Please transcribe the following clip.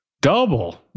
Double